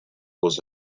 was